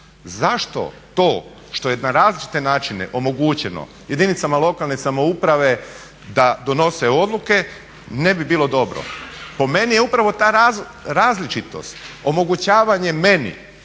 Zašto to što je na različite načine omogućeno jedinicama lokalne samouprave da donose odluke ne bi bilo dobro? Po meni je upravo različitost omogućavanje meni